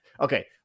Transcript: okay